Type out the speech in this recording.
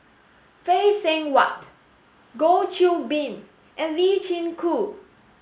Phay Seng Whatt Goh Qiu Bin and Lee Chin Koon